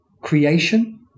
creation